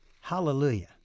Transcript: Hallelujah